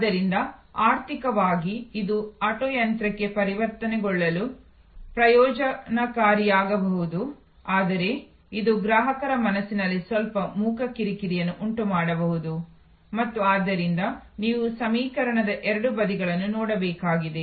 ಆದ್ದರಿಂದ ಆರ್ಥಿಕವಾಗಿ ಇದು ಆಟೋ ಯಂತ್ರಕ್ಕೆ ಪರಿವರ್ತನೆಗೊಳ್ಳಲು ಪ್ರಯೋಜನಕಾರಿಯಾಗಬಹುದು ಆದರೆ ಇದು ಗ್ರಾಹಕರ ಮನಸ್ಸಿನಲ್ಲಿ ಸ್ವಲ್ಪ ಮೂಕ ಕಿರಿಕಿರಿಯನ್ನು ಉಂಟುಮಾಡಬಹುದು ಮತ್ತು ಆದ್ದರಿಂದ ನೀವು ಸಮೀಕರಣದ ಎರಡೂ ಬದಿಗಳನ್ನು ನೋಡಬೇಕಾಗಿದೆ